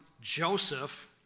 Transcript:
Joseph